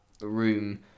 room